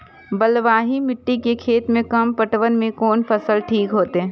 बलवाही मिट्टी के खेत में कम पटवन में कोन फसल ठीक होते?